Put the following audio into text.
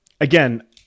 again